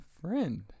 friend